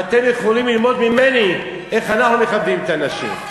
ואתם יכולים ללמוד ממני איך אנחנו מכבדים את הנשים.